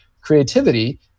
creativity